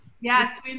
Yes